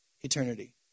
eternity